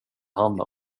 handlar